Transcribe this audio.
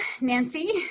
Nancy